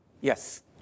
Yes